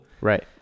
right